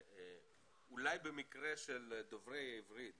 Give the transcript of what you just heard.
אולי במקרה של דוברי עברית